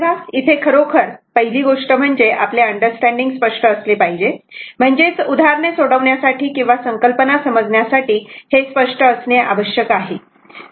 तेव्हा इथे खरोखर पहिली गोष्ट म्हणजे आपले अंडरस्टॅंडिंग स्पष्ट असले पाहिजे म्हणजेच उदाहरणे सोडवण्यासाठी किंवा संकल्पना समजण्यासाठी हे स्पष्ट असणे आवश्यक आहे